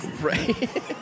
Right